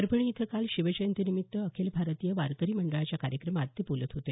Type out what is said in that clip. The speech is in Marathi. परभणी इथं काल शिव जयंतीनिमित्त अखिल भारतीय वारकरी मंडळाच्या कार्यक्रमात ते बोलत होते